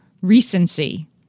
recency